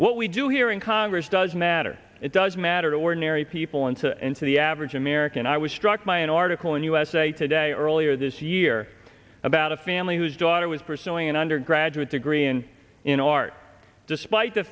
what we do here in congress does matter it does matter to ordinary people and to and to the average american i was struck by an article in usa today earlier this year about a family whose daughter was pursuing an undergraduate degree and in art despite the